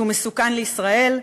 שהוא מסוכן לישראל,